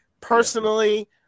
Personally